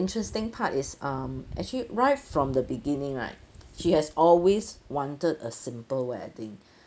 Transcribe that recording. interesting part is um actually right from the beginning right she has always wanted a simple wedding